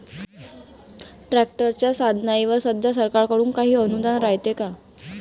ट्रॅक्टरच्या साधनाईवर सध्या सरकार कडून काही अनुदान रायते का?